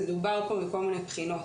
הוא דובר פה מכל מיני בחינות,